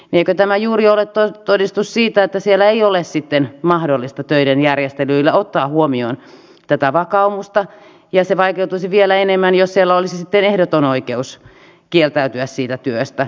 eikö tämä juuri ole todistus siitä että siellä ei ole mahdollista töiden järjestelyillä ottaa huomioon tätä vakaumusta ja se vaikeutuisi vielä enemmän jos siellä olisi ehdoton oikeus kieltäytyä siitä työstä